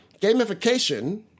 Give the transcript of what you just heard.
Gamification